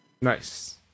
Nice